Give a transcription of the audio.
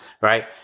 Right